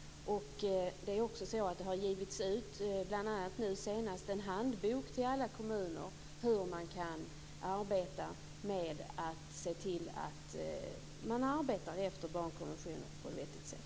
Nu senast gavs också en handbok ut till alla kommuner om hur man kan arbeta efter barnkonventionen på ett vettigt sätt.